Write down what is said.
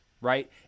right